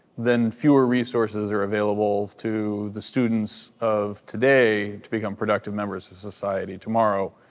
then fewer resources are available to the students of today to become productive members of society tomorrow,